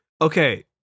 Okay